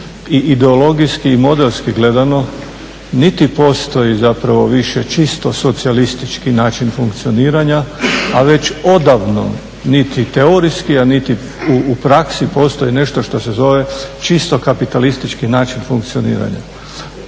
i ideologijski i modelski gledano niti postoji više čisto socijalistički način funkcioniranja, a već odavno niti teorijski, a niti u praksi postoji nešto što se zove čisto kapitalistički način funkcioniranja.